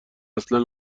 اصلا